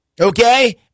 Okay